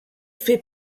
fait